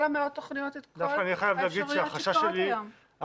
מאות התוכניות את כל האפשרויות שקורות היום.